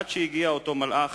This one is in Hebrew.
עד שהגיע אותו מלאך,